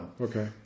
Okay